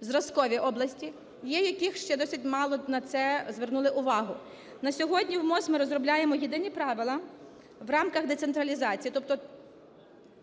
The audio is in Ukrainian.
зразкові області, є, в яких ще досить мало на це звернули увагу. На сьогодні в МОЗ ми розробляємо єдині правила в рамках децентралізації, тобто